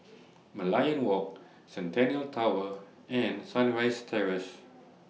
Merlion Walk Centennial Tower and Sunrise Terrace